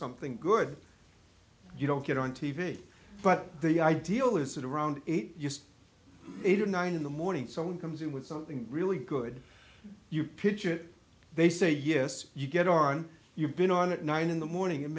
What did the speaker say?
something good you don't get on t v but the ideal is sort of around eight eight or nine in the morning someone comes in with something really good you pitch it they say yes you get on you've been on at nine in the morning